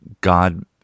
God